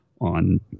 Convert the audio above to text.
on